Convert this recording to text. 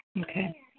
Okay